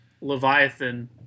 Leviathan